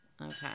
Okay